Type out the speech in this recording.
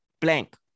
blank